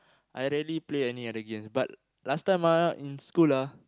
I rarely play any other games but last time ah in school ah